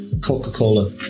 Coca-Cola